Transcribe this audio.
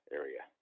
area